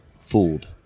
fooled